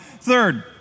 Third